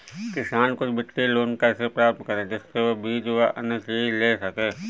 किसान कुछ वित्तीय लोन कैसे प्राप्त करें जिससे वह बीज व अन्य चीज ले सके?